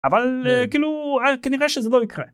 אבל כאילו כנראה שזה לא יקרה.